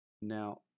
Now